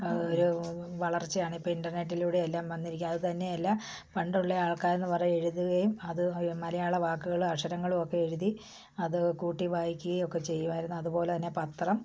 ഒരു വളർച്ചയാണിപ്പം ഇൻറ്റർനെറ്റിലൂടെയെല്ലാം വന്നിരിക്കുക അതുതന്നെയല്ല പണ്ടുള്ള ആൾക്കാരെന്ന് പറഞ്ഞാൽ എഴുതുകയും അത് മലയാള വാക്കുകള് അക്ഷരങ്ങളുവൊക്കെ എഴുതി അത് കൂട്ടി വായിക്കുകയൊക്കെ ചെയ്യുവായിരുന്നു അതുപോലെ തന്നെ പത്രം